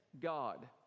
God